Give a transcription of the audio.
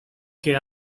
che